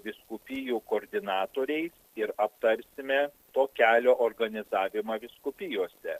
vyskupijų koordinatoriais ir aptarsime to kelio organizavimą vyskupijose